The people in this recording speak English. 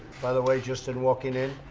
by the way, just in walking in,